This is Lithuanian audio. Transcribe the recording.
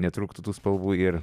netrūktų tų spalvų ir